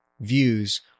views